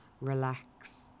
relax